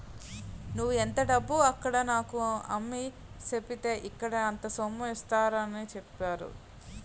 నువ్వు ఎంత డబ్బు అక్కడ నాకు ఇమ్మని సెప్పితే ఇక్కడ నాకు అంత సొమ్ము ఇచ్చేత్తారని చెప్పేరు